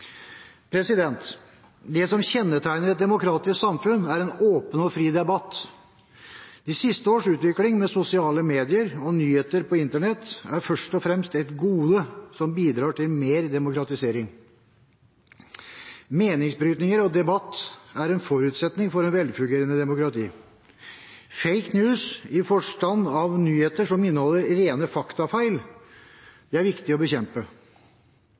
Det som kjennetegner et demokratisk samfunn, er en åpen og fri debatt. De siste års utvikling med sosiale medier og nyheter på internett er først og fremst et gode som bidrar til mer demokratisering. Meningsbrytninger og debatt er en forutsetning for et velfungerende demokrati. «Fake news», i den forstand at det er nyheter som inneholder rene faktafeil, er viktig å bekjempe